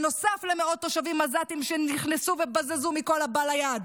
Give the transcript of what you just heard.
נוסף על מאות תושבים עזתים שנכנסו ובזזו מכל הבא ליד,